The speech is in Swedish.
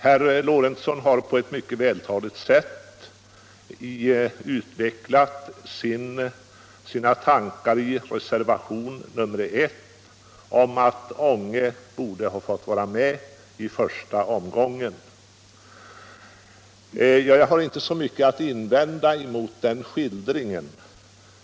Herr Lorentzon har på ett mycket vältaligt sätt utvecklat sina tankar i reservationen I om att Ånge borde ha fått vara med i första omgången. Jag har inte så mycket att invända emot den skildringen.